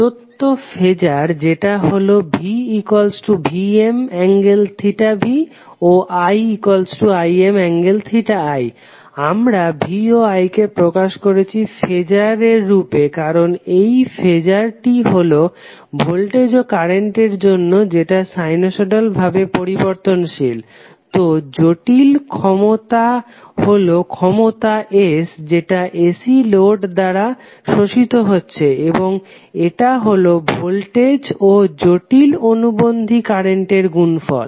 প্রদত্ত ফেজার যেটা হলো VVmv ও Imi আমরা V ও I কে প্রকাশ করেছি ফেজার এর রুপে কারণ এই ফেজার টি হলো ভোল্টেজ ও কারেন্টের জন্য যেটা সাইনোসইডাল ভাবে পরিবর্তনশীল তো জটিল ক্ষমতা হলো ক্ষমতা S যেটা AC লোড দ্বারা শোষিত হচ্ছে এবং এটা হলো ভোল্টেজ ও জটিল অনুবন্ধী কারেন্টের গুনফল